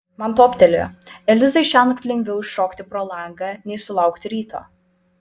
man toptelėjo elizai šiąnakt lengviau iššokti pro langą nei sulaukti ryto